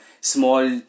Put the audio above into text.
small